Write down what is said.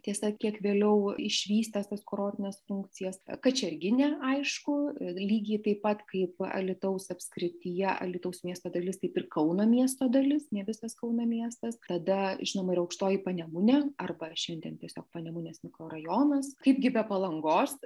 tiesa kiek vėliau išvystęs tas kurortines funkcijas kačerginė aišku lygiai taip pat kaip alytaus apskrityje alytaus miesto dalis taip ir kauno miesto dalis ne visas kauno miestas tada žinoma ir aukštoji panemunė arba šiandien tiesiog panemunės mikrorajonas kaipgi be palangos